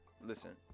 listen